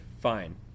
fine